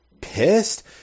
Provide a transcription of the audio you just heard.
pissed